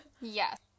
Yes